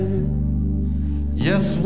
Yes